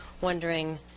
wondering